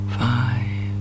five